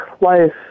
life